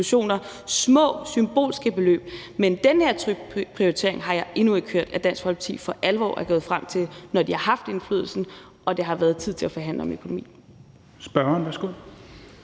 kulturinstitutioner – små symbolske beløb – men den her prioritering har jeg endnu ikke hørt at Dansk Folkeparti for alvor er nået frem til, når de har haft indflydelsen og det har været tid til at forhandle om økonomi. Kl.